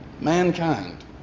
Mankind